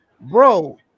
bro